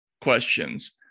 questions